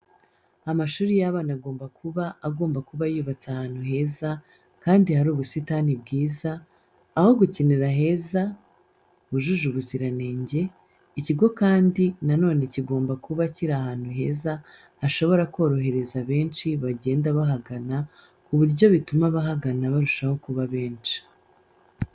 Amashuri y'abana agomba kuba agomba kuba yubatse ahantu heza kandi hari ubusitani bwiza, aho gukinira heza hujuje ubuziranenge. Ikigo kandi na none kigomba kuba kiri ahantu heza hashobora korohereza benshi bagenda bahagana ku buryo bituma abahagana barushaho kuba benshi.